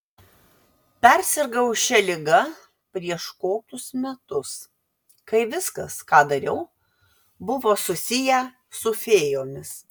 persirgau šia liga prieš kokius metus kai viskas ką dariau buvo susiję su fėjomis